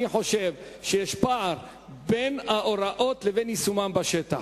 אני חושב שיש פער בין ההוראות לבין יישומן בשטח,